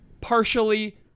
partially